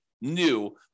new